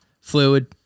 fluid